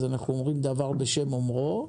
אז אנחנו אומרים דבר בשם אומרו.